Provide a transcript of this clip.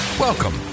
Welcome